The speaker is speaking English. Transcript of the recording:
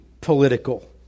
political